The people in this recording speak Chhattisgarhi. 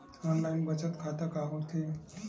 ऑनलाइन बचत खाता का होथे?